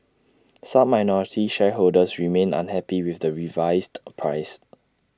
some minority shareholders remain unhappy with the revised price